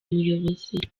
umuyobozi